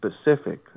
specific